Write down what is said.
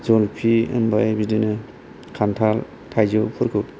जलफि बिदिनो खान्थाल थाइजौफोरखौ